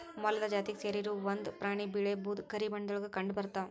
ಮೊಲದ ಜಾತಿಗೆ ಸೇರಿರು ಒಂದ ಪ್ರಾಣಿ ಬಿಳೇ ಬೂದು ಕರಿ ಬಣ್ಣದೊಳಗ ಕಂಡಬರತಾವ